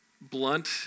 blunt